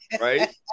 right